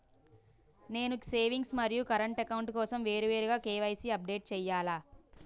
నేను సేవింగ్స్ మరియు current account కోసం వేరువేరుగా కే.వై.సీ అప్డేట్ చేయాలా?